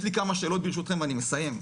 יש לי כמה שאלות ברשותכם ואני מסיים.